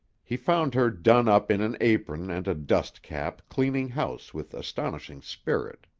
he found her done up in an apron and a dust-cap cleaning house with astonishing spirit.